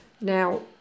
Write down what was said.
Now